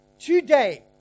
today